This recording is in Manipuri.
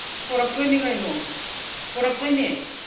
ꯄꯣꯔꯛꯇꯣꯏꯅꯤ ꯀꯩꯅꯣ ꯄꯣꯔꯛꯇꯣꯏꯅꯦ